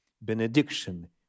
benediction